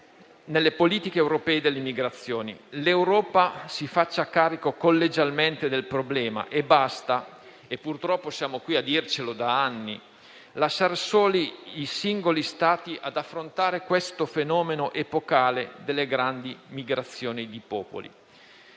nelle politiche europee sulle migrazioni. L'Europa si faccia carico collegialmente del problema, e basta - purtroppo, siamo qui a dircelo da anni - lasciare soli i singoli Stati ad affrontare questo fenomeno epocale delle grandi migrazioni di popoli.